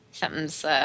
Something's